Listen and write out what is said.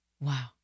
Wow